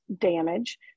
damage